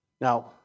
Now